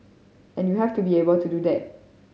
and you have to be able to do that